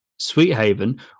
Sweethaven